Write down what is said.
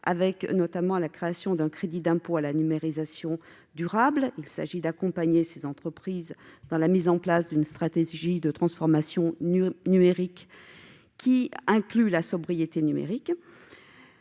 travers notamment de la création d'un crédit d'impôt en faveur de la numérisation durable ; il s'agit d'accompagner ces entreprises dans la mise en place d'une stratégie de transformation numérique incluant l'objectif de sobriété numérique.